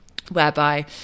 whereby